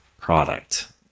product